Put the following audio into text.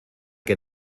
que